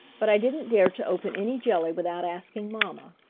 but i didn't dare to open any jelly without asking mamma.